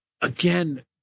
Again